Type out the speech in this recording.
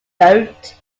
boat